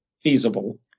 feasible